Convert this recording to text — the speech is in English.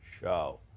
show